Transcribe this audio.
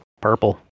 Purple